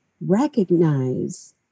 recognize